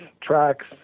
tracks